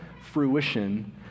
fruition